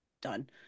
done